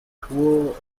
cruel